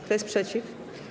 Kto jest przeciw?